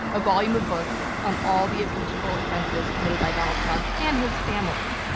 a volume of books on all the impeachable offenses committed by donald trump and his family.